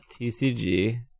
TCG